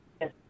Yes